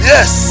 Yes